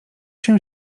się